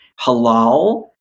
halal